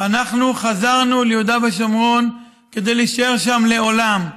אנחנו חזרנו ליהודה ושומרון כדי להישאר שם לעולם.